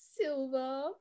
silver